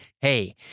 Hey